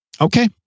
Okay